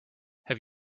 have